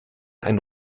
ein